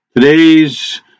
Today's